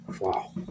Wow